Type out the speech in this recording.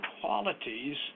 qualities